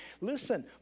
Listen